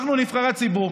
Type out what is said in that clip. אנחנו נבחרי הציבור.